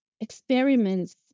experiments